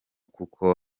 kuko